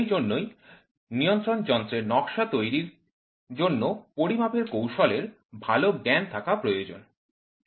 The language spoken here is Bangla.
সেজন্যই নিয়ন্ত্রণের যন্ত্রের নকশা তৈরীর জন্য পরিমাপের কৌশল এর ভালো জ্ঞান থাকা প্রয়োজনীয়